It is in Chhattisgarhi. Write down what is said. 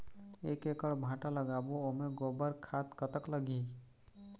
एक एकड़ भांटा लगाबो ओमे गोबर खाद कतक लगही?